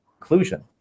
conclusion